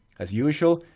as usual,